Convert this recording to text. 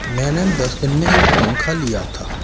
मैंने दस दिन में ये पंखा लिया था